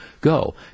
go